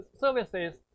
services